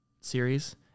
series